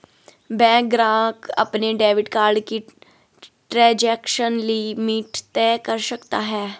bank ग्राहक अपने debit card की ट्रांज़ैक्शन लिमिट तय कर सकता है